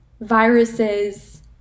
viruses